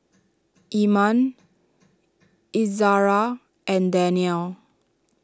Iman Izzara and Daniel